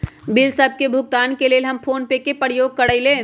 bill सभ के भुगतान के लेल हम फोनपे के प्रयोग करइले